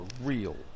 real